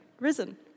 risen